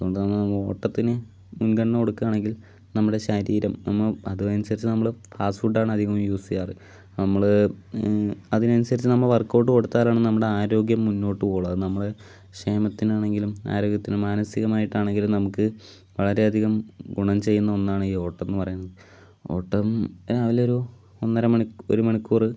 അതുകൊണ്ടാണ് നമ്മൾ ഓട്ടത്തിന് മുൻഗണന കൊടുക്കുകയാണെങ്കിൽ നമ്മുടെ ശരീരം നമ്മൾ അത് അനുസരിച്ച് നമ്മൾ ഫാസ്റ്റ് ഫുഡ് ആണ് അധികവും യൂസ് ചെയ്യാറ് നമ്മൾ അതിന് അനുസരിച്ച് നമ്മൾ വർക്ക് ഔട്ട് കൊടുത്താലാണ് നമ്മുടെ ആരോഗ്യം മുന്നോട്ട് പോകുകയുള്ളൂ അത് നമ്മൾ ക്ഷേമത്തിന് ആണെങ്കിലും ആരോഗ്യത്തിനും മനസികമായിട്ട് ആണെങ്കിലും നമുക്ക് വളരെ അധികം ഗുണം ചെയ്യുന്ന ഒന്നാണ് ഈ ഓട്ടം എന്ന് പറയുന്നത് ഓട്ടം രാവിലെ ഒരു ഒന്നര മണിക്കൂർ ഒരു മണിക്കൂർ